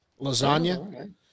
lasagna